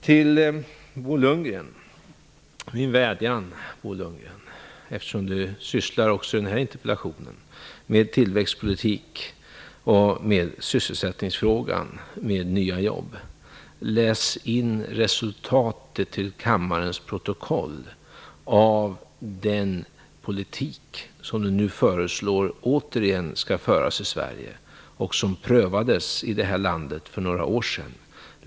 Jag vädjar till Bo Lundgren, eftersom han i den här interpellationen också sysslar med tillväxtpolitik och sysselsättningsfrågan, att till kammarens protokoll läsa in resultatet av den politik som han föreslår åter igen skall föras i Sverige och som prövades i det här landet för några år sedan.